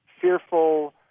fearful